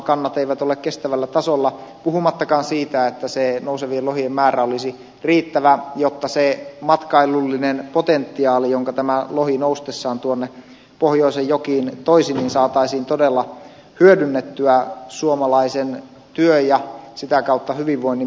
kannat eivät ole kestävällä tasolla puhumattakaan siitä että se nousevien lohien määrä olisi riittävä jotta se matkailullinen potentiaali jonka tämä lohi noustessaan tuonne pohjoisen jokiin toisi saataisiin todella hyödynnettyä suomalaisen työn ja sitä kautta hyvinvoinnin pohjaksi